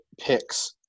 picks